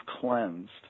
cleansed